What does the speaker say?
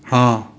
हाँ